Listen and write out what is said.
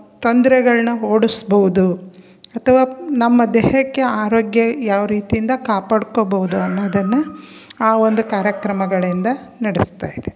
ತೊಂದರೆಗಳ್ನ ಓಡಿಸ್ಬೌದು ಅಥವಾ ನಮ್ಮ ದೇಹಕ್ಕೆ ಆರೋಗ್ಯ ಯಾವ ರೀತಿಯಿಂದ ಕಾಪಾಡ್ಕೋಬೌದು ಅನ್ನೋದನ್ನು ಆ ಒಂದು ಕಾರ್ಯಕ್ರಮಗಳಿಂದ ನಡೆಸ್ತಾ ಇದೆ